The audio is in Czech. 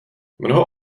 mnoho